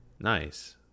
Nice